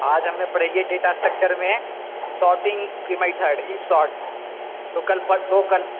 आज हमे पढ़ेलिय डेटा स्ट्रक्चर मे शोर्टिंग के मेथड क्विक शॉर्ट ओ कल